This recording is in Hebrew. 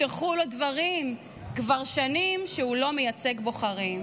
הובטחו לו דברים / כבר שנים שהוא לא מייצג בוחרים.